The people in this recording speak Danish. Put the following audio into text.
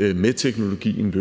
med teknologien,